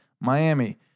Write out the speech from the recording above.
Miami